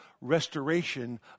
restoration